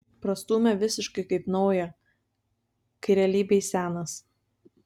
prastūmė visiškai kaip naują kai realybėj senas